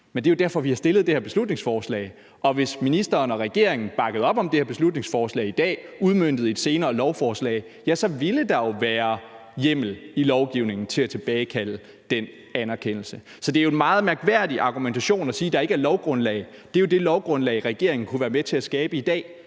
Men det er jo derfor, vi har fremsat det her beslutningsforslag. Og hvis ministeren og regeringen bakkede op om det her beslutningsforslag i dag og det blev udmøntet i et senere lovforslag, ville der jo være hjemmel i lovgivningen til at tilbagekalde den anerkendelse. Så det er en meget mærkværdig argumentation at sige, at der ikke er lovgrundlag. Det er jo det lovgrundlag, regeringen kunne være med til at skabe i dag,